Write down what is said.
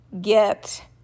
get